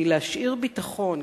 כי להשאיר ביטחון,